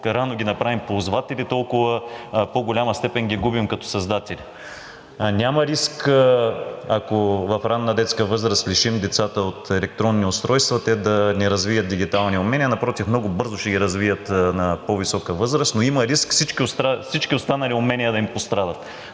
по-рано ги направим ползватели, толкова в по-голяма степен ги губим като създатели. Няма риск, ако в ранна детска възраст лишим децата от електронни устройства, те да не развият дигитални умения. Напротив, много бързо ще ги развият на по-висока възраст. Но има риск всички останали умения да им пострадат.